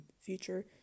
future